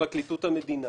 בפרקליטות המדינה